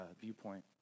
viewpoint